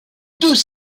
deux